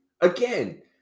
again